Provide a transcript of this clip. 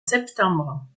septembre